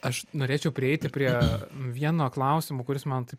aš norėčiau prieiti prie vieno klausimo kuris man taip